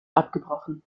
abgebrochen